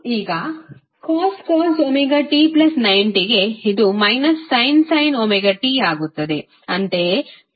ಈಗ cos ωt90 ಗೆ ಇದು sin ωt ಆಗುತ್ತದೆ